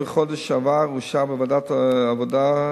בחודש שעבר אושר בוועדת העבודה,